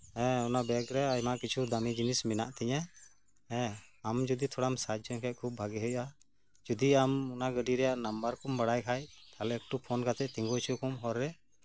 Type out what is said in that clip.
ᱦᱮᱸ ᱚᱱᱟ ᱵᱮᱜᱨᱮ ᱟᱭᱢᱟ ᱠᱤᱪᱷᱩ ᱫᱟᱹᱢᱤ ᱡᱤᱱᱤᱥ ᱢᱮᱱᱟᱜ ᱛᱤᱧᱟ ᱟᱢ ᱡᱚᱫᱤ ᱛᱷᱚᱯᱲᱟᱢ ᱥᱟᱦᱟᱡᱡᱚᱧᱼᱟ ᱠᱷᱩᱵ ᱵᱷᱟᱜᱮ ᱦᱩᱭᱩᱜᱼᱟ ᱡᱚᱫᱤ ᱟᱢ ᱚᱱᱟ ᱜᱟᱹᱰᱤ ᱨᱮᱭᱟᱜ ᱱᱟᱢᱵᱟᱨ ᱠᱚᱢ ᱵᱟᱲᱟᱭ ᱠᱷᱟᱡ ᱛᱟᱦᱞᱮ ᱯᱷᱳᱱ ᱠᱟᱛᱮᱜ ᱦᱚᱨᱨᱮ ᱛᱤᱜᱩᱦᱚᱪᱚ ᱠᱚᱢ